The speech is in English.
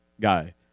guy